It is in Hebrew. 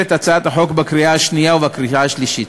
את הצעת החוק בקריאה השנייה ובקריאה השלישית.